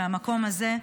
מהמקום הזה,